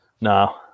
no